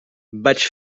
vaig